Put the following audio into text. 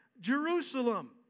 Jerusalem